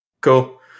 cool